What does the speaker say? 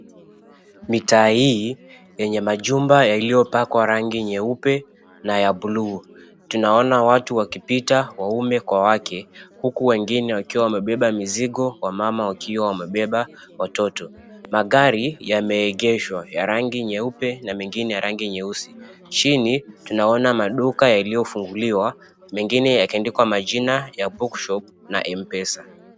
Mitaa hii, yenye majumba yaliyopakwa rangi nyeupe na ya buluu. Tunaona watu wakipita; waume kwa wake huku wengine wakiwa wamebeba mizigo, wamama wakiwa wamebeba watoto. Magari yameegeshwa ya rangi nyeupe na mengine ya rangi nyeusi. Chini tunaona maduka yaliyofunguliwa mengine yakiandikwa majina ya bookshop na M-pesa.